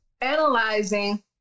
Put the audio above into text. analyzing